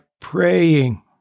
praying